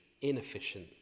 inefficient